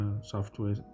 software